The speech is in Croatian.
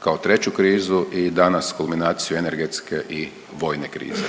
kao treću krizu i danas kulminaciju energetske i vojne krize.